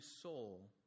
soul